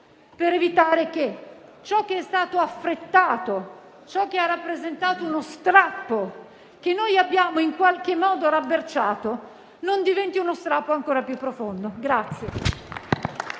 per evitare che ciò che è stato affrettato, ciò che ha rappresentato uno strappo, che noi abbiamo in qualche modo rabberciato, non diventi uno strappo ancora più profondo.